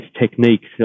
techniques